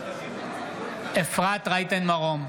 בעד יפעת שאשא ביטון,